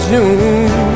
June